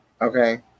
Okay